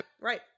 Right